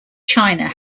china